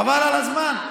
חבל על הזמן.